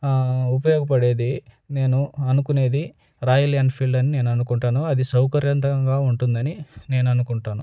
ఉపయోగపడేది నేను అనుకునేది రాయల్ ఎన్ఫీల్డ్ అని నేను అనుకుంటాను అది సౌకర్యవంతంగా ఉంటుందని నేననుకుంటాను